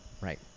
Right